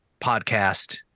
podcast